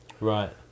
Right